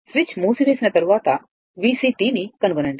switch మూసివేసిన తర్వాత VC ని కనుగొనండి